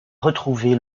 retrouvé